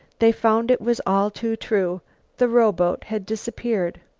they found it was all too true the rowboat had disappeared.